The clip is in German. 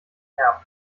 nervt